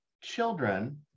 children